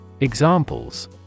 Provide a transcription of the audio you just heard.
Examples